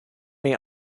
may